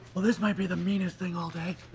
this may be the meanest thing all day.